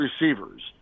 receivers